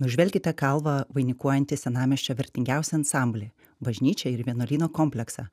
nužvelkite kalvą vainikuojantį senamiesčio vertingiausią ansamblį bažnyčią ir vienuolyno kompleksą